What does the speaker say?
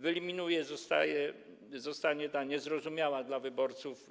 Wyeliminowana zostanie niezrozumiała dla wyborców